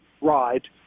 ride